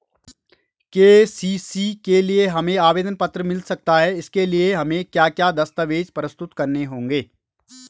KCC के लिए हमें आवेदन पत्र मिल सकता है इसके लिए हमें क्या क्या दस्तावेज़ प्रस्तुत करने होंगे?